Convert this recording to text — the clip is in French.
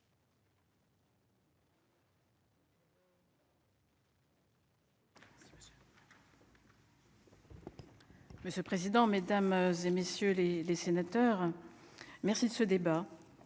Monsieur le président, Mesdames et messieurs les les sénateurs merci de ce débat